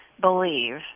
believe